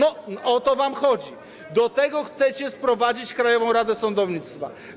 O to wam chodzi, do tego chcecie sprowadzić Krajową Radę Sądownictwa.